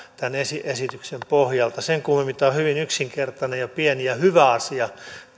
tämän esityksen pohjalta ei sen kummempaa tämä on hyvin yksinkertainen ja pieni ja hyvä asia